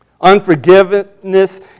Unforgiveness